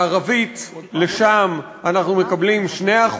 דרומית-מערבית משם, אנחנו מקבלים 2%,